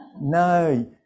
No